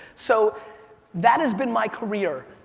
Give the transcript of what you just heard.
so that has been my career.